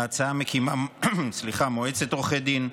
ההצעה מקימה מועצת עורכי דין,